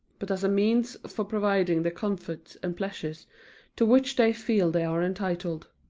but as a means for providing the comforts and pleasures to which they feel they are entitled.